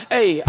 Hey